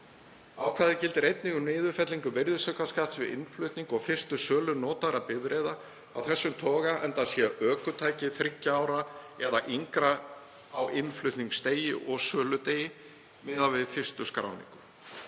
Ákvæðið gildir einnig um niðurfellingu virðisaukaskatts við innflutning og fyrstu sölu notaðra bifreiða af þessum toga, enda sé ökutæki þriggja ára eða yngra á innflutningsdegi og söludegi miðað við fyrstu skráningu.